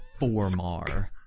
formar